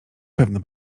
pewno